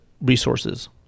resources